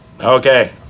Okay